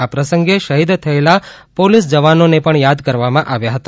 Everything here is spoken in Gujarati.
આ પ્રસંગે શહીદ થયેલા પોલીસ જવાનોને પણ યાદ કરવામાં આવ્યા હતા